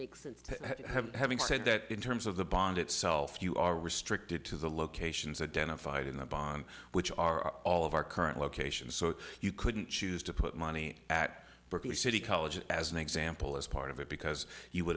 make sense having said that in terms of the bond itself you are restricted to the locations identified in the bond which are all of our current location so you couldn't choose to put money at city college as an example as part of it because you would